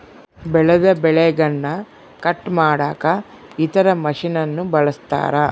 ಬೆಳೆದ ಬೆಳೆಗನ್ನ ಕಟ್ ಮಾಡಕ ಇತರ ಮಷಿನನ್ನು ಬಳಸ್ತಾರ